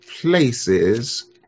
places